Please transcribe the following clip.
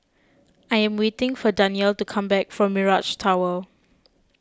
I am waiting for Danyel to come back from Mirage Tower